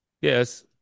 Yes